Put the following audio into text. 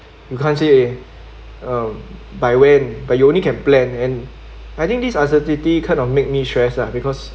you can't say eh um by when but you only can plan and I think this uncertainty kind of make me stress ah because